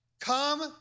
come